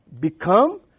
Become